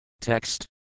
Text